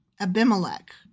Abimelech